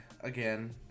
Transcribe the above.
again